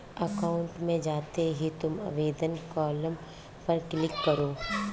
account में जाते ही तुम आवेदन कॉलम पर क्लिक करो